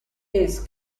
his